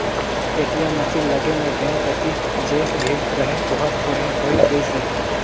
ATM machine लगे में bank कति जे भीड़ रहें ओहर थोरहें होय गईसे